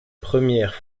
premières